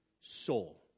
soul